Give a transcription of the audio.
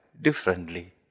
differently